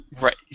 Right